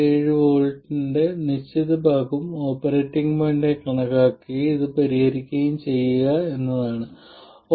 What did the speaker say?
y11 എന്ന incremental parameter operating പോയിന്റിൽ ∂ f1 ∂ V1 ആണെന്ന് ഇപ്പോൾ നമുക്കറിയാം